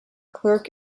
clerk